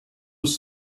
was